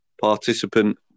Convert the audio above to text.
participant